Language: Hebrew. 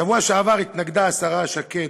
בשבוע שעבר התנגדה השרה שקד,